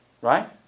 Right